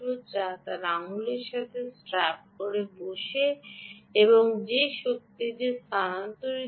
যা তার আঙুলের সাথে স্ট্র্যাপ করে বসে এবং শক্তিটি স্থানান্তরিত হয়